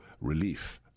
relief